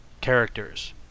characters